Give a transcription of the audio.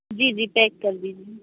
जी जी पैक कर दिजिए